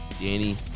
Danny